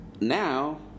now